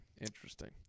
Interesting